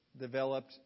Developed